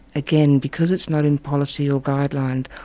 again because it's not in policy or guidelined,